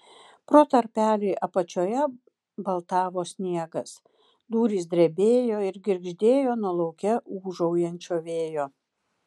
pro tarpelį apačioje baltavo sniegas durys drebėjo ir girgždėjo nuo lauke ūžaujančio vėjo